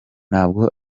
ntabwo